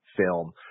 film